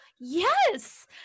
Yes